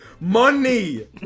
MONEY